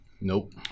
Nope